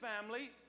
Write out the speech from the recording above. family